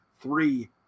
three